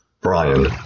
Brian